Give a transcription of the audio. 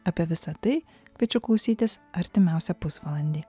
apie visa tai kviečiu klausytis artimiausią pusvalandį